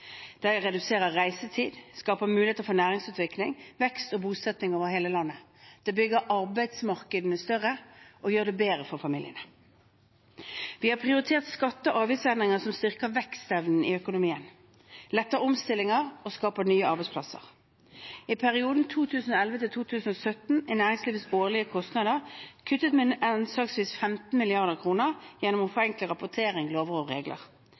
Det reduserer reisetid og skaper muligheter for næringsutvikling, vekst og bosetting over hele landet. Det bygger arbeidsmarkedene større og gjør det bedre for familiene. Vi har prioritert skatte- og avgiftsendringer som styrker vekstevnen i økonomien, letter omstillingene og skaper nye arbeidsplasser. I perioden 2011–2017 er næringslivets årlige kostnader kuttet med anslagsvis 15 mrd. kr gjennom å forenkle rapportering, lover og regler.